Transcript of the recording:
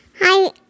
Hi